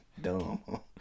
dumb